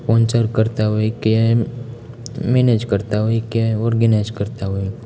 sponsor કરતાં હોય કે મેનેજ કરતાં હોય કે ઓર્ગેનાઇઝ કરતાં હોય